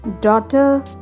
daughter